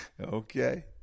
Okay